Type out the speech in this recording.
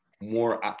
more